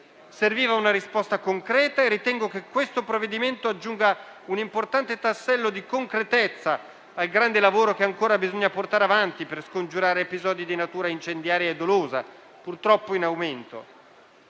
Serviva una risposta concreta e ritengo che il provvedimento aggiunga un importante tassello di concretezza al grande lavoro che ancora bisogna portare avanti per scongiurare episodi di natura incendiaria e dolosa purtroppo in aumento.